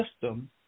system